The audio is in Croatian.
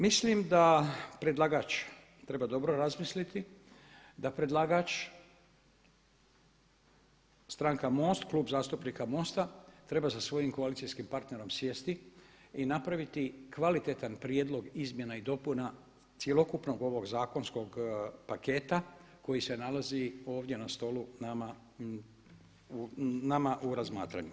Mislim da predlagač treba dobro razmisliti, da predlagač stranka MOST, Klub zastupnika MOST-a, treba sa svojim koalicijskim partnerom sjesti i napraviti kvalitetan prijedlog izmjena i dopuna cjelokupnog ovog zakonskog paketa koji se nalazi ovdje na stolu nama u razmatranju.